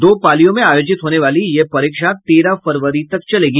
दो पालियों में आयोजित होने वाली ये परीक्षा तेरह फरवरी तक चलेगी